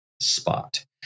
spot